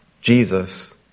Jesus